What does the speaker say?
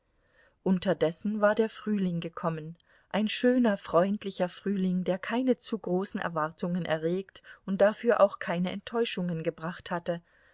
unterdessen war der frühling gekommen ein schöner freundlicher frühling der keine zu großen erwartungen erregt und dafür auch keine enttäuschungen gebracht hatte